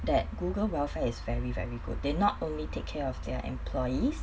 that google welfare is very very good they not only take care of their employees